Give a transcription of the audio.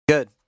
Good